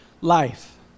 life